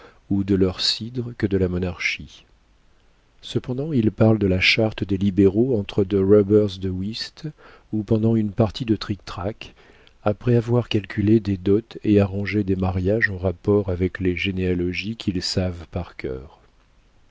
ou de leur cidre que de la monarchie cependant ils parlent de la charte et des libéraux entre deux rubbers de whist ou pendant une partie de trictrac après avoir calculé des dots et arrangé des mariages en rapport avec les généalogies qu'ils savent par cœur